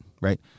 right